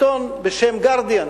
עיתון בשם "Guardian",